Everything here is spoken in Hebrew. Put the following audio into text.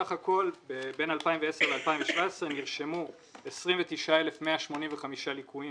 בסך הכול בין 2010 ל-2017 נרשמו 29,185 ליקויים